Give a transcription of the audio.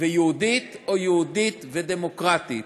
ויהודית או אם יהודית ודמוקרטית.